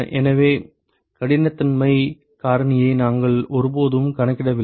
எனவே கடினத்தன்மை காரணியை நாங்கள் ஒருபோதும் கணக்கிடவில்லை